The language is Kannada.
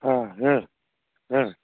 ಹಾಂ ಹ್ಞೂ ಹ್ಞೂ